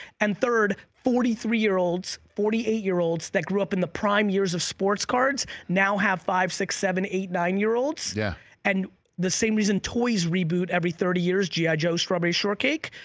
and third, forty three year olds, forty eight year olds that grew up in the prime years of sports cards now have five, six, seven, eight, nine year olds yeah and the same reason toys reboot every thirty years, g i. joes, strawberry shortcake,